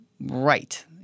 right